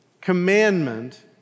commandment